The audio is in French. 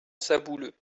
sabouleux